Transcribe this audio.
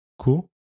cool